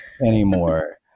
anymore